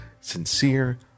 sincere